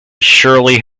shirley